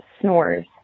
snores